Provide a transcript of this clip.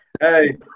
Hey